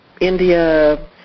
india